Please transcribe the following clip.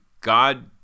God